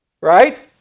right